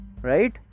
Right